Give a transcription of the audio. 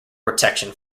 protection